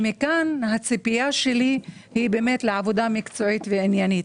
מכאן הציפייה שלי היא לעבודה מקצועית ועניינית.